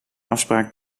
afspraak